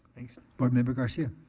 thanks. board member garcia.